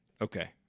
Okay